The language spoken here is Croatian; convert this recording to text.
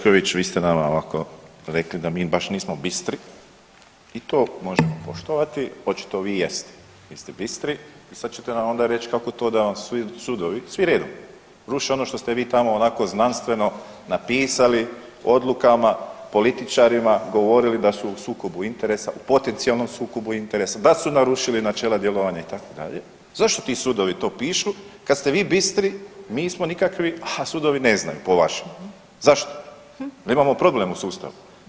Kolegice Orešković, vi ste nama ovako rekli da mi baš nismo bistri i to možemo poštovati, očito vi jeste, vi ste bistri i sad ćete nam onda reć kako to da vam sudovi svi redom ruše ono što ste vi tamo onako znanstveno napisali u odlukama, političarima govorili da su u sukobu interesa, u potencionalnom sukobu interesa, da su narušili načela djelovanja itd., zašto ti sudovi to pišu kad ste vi bistri, mi smo nikakvi, a sudovi ne znaju po vašem, zašto, da imamo problem u sustavu?